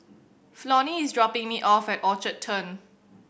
Flonnie is dropping me off at Orchard Turn